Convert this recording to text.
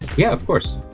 yeah, of course